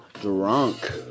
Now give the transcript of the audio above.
Drunk